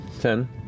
Ten